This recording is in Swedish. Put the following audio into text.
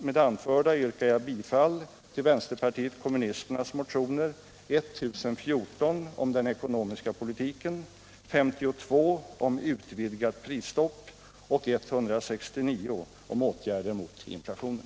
Med det anförda yrkar jag bifall till vänsterpartiet kommunisternas motioner 1014 om den ekonomiska politiken, 52 om utvidgat prisstopp och 169 om åtgärder mot inflationen.